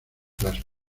plasma